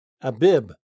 Abib